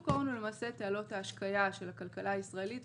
הוא למעשה תעלות ההשקיה של הכלכלה הישראלית,